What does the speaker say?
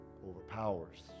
overpowers